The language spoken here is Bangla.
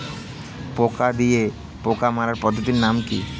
পোকা দিয়ে পোকা মারার পদ্ধতির নাম কি?